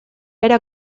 era